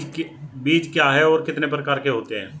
बीज क्या है और कितने प्रकार के होते हैं?